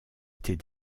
était